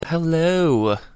hello